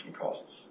costs